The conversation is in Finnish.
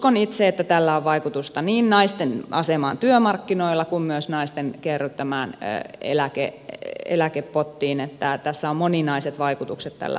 uskon itse että tällä on vaikutusta niin naisten asemaan työmarkkinoilla kuin myös naisten kerryttämään eläkepottiin että tässä on moninaiset vaikutukset tällä uudistuksella